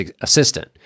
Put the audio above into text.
assistant